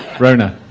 rhona?